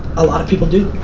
a lot of people do.